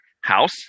House